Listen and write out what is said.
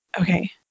Okay